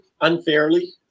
unfairly